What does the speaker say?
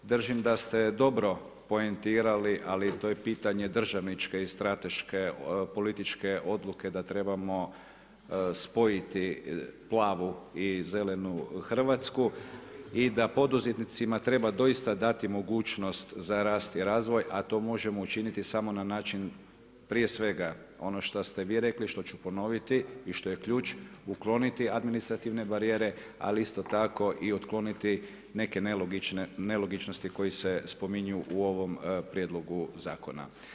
Držim da ste dobro poentirali, ali to je pitanje državničke i strateške političke odluke, da trebamo spojiti plavu i zelenu Hrvatsku i da poduzetnicima treba doista dati mogućnost za rast i razvoj, a to možemo učiniti samo na način, prije svega, ono što ste vi rekli, što ću ponoviti i što je ključ ukloniti administrativne barijere, a isto tako i otkloniti, neke nelogičnosti, koji se spominju u ovom prijedlogu zakona.